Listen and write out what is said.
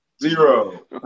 Zero